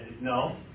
No